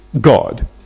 God